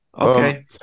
Okay